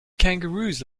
kangaroos